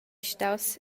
staus